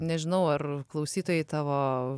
nežinau ar klausytojai tavo